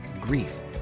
grief